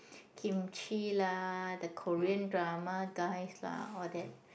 Kimchi lah the Korean drama guys lah all that